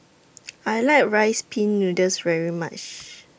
I like Rice Pin Noodles very much